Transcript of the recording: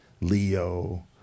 Leo